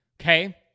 Okay